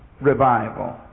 revival